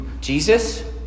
Jesus